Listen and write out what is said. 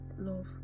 love